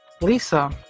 Lisa